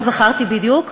לא זכרתי בדיוק,